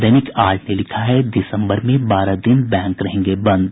दैनिक आज ने लिखा है दिसम्बर में बारह दिन बैंक रहेंगे बंद